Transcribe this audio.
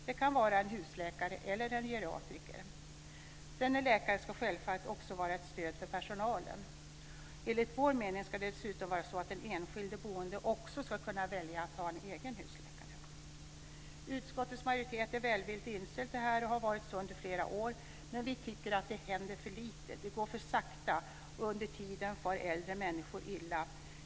Det kan vara en husläkare eller en geriatriker. Denna läkare ska självfallet också vara ett stöd för personalen. Enligt vår mening ska det dessutom vara så att den enskilde boende ska kunna välja att ha en egen husläkare. Utskottets majoritet är välvilligt inställd till det och har så varit under flera år, men vi tycker att det händer för lite. Det går för sakta, och under tiden far äldre människor illa.